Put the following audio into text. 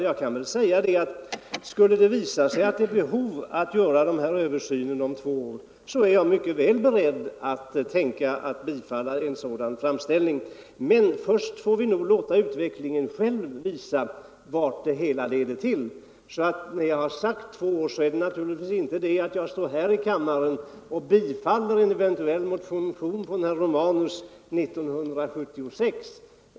Ja, skulle det visa sig finnas ett behov av att göra en översyn om två år är jag mycket väl beredd att tänka mig biträda en sådan framställning. Men först måste vi låta utvecklingen visa vad det hela leder till. När jag säger två år menar jag naturligtvis inte att jag står här och bifaller en motion från herr Romanus år 1976.